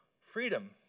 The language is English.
freedom